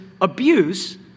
abuse